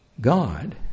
God